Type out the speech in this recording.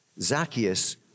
Zacchaeus